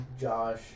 Josh